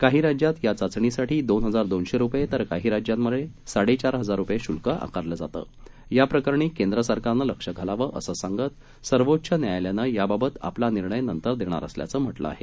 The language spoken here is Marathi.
काही राज्यात या चाचणीसाठी दोन हजार दोनशे रुपये तर काही राज्यात साडे चार हजार रुपये शुल्क आकारलं जातं या प्रकरणी केंद्र सरकारने लक्ष घालावं असं सांगत सर्वोच्च न्यायालयानं याबाबत आपला निर्णय नंतर देणार असल्याचं म्हटलं आहे